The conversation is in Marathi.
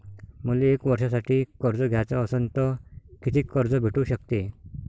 मले एक वर्षासाठी कर्ज घ्याचं असनं त कितीक कर्ज भेटू शकते?